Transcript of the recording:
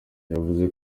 yavuze